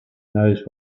knows